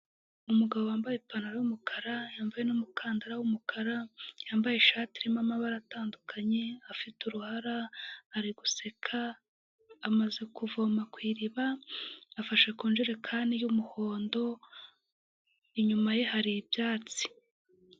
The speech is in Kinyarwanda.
Umugabo wambaye ipantaro y'umukara, yambaye n'umukandara w'umukara yambaye ishati irimo amabara atandukanye afite uruhara ari guseka amaze kuvoma ku iriba afashe ku njerekani y'umuhondo inyuma ye hari ibyatsi.